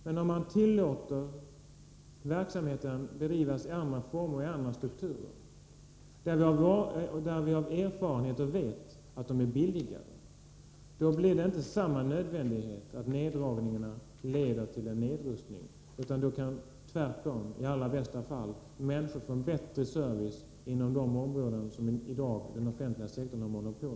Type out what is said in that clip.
Men om man tillåter att verksamheten bedrivs i andra former och andra strukturer, som vi av erfarenhet vet är billigare, blir det inte på samma sätt nödvändigt att besparingar leder till en nedrustning. Tvärtom kan det i bästa fall bli så, att människor får en bättre service inom de områden som den offentliga sektorn i dag har monopol på.